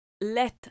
let